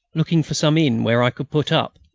looking for some inn where i could put up,